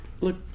look